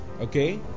Okay